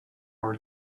our